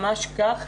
ממש כך,